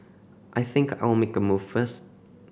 I think I'll make a move first